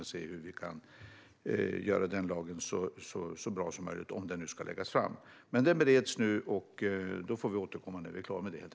Vi får se hur vi kan göra den här lagen så bra som möjligt, om den alls ska läggas fram. Lagen bereds som sagt, och vi får helt enkelt återkomma när vi är klara med det.